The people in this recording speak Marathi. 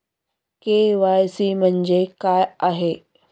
के.वाय.सी म्हणजे काय आहे?